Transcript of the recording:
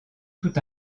tout